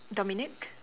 Dominique